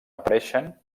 apareixen